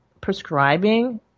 prescribing